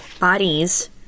bodies